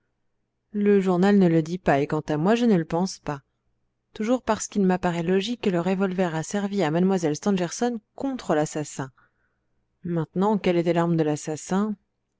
le journal ne le dit pas et quant à moi je ne le pense pas toujours parce qu'il m'apparaît logique que le revolver a servi à mlle stangerson contre l'assassin maintenant quelle était l'arme de l'assassin